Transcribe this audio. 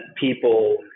people